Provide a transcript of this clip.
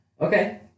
Okay